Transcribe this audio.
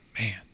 man